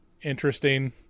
interesting